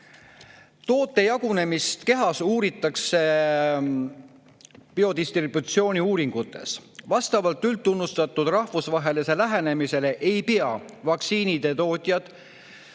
Toote jagunemist kehas uuritakse biodistributsiooni uuringutes. Vastavalt üldtunnustatud rahvusvahelisele lähenemisele ei pea vaktsiinide tootjad